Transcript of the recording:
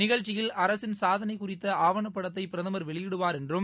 நிகழ்ச்சியில் அரசின் சாதனை குறித்த ஆவணப் படத்தை பிரதமர் வெளியிடுவார் என்றும்